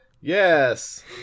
Yes